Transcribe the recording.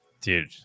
dude